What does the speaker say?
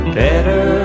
better